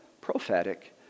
prophetic